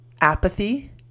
apathy